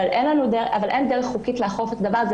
אין לנו דרך חוקית לאכוף את הדבר הזה,